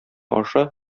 аша